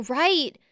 right